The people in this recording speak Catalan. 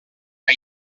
que